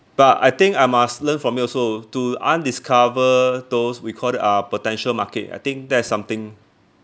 but I think I must learn from you also to undiscover those we call that uh potential market I think that is something